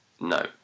no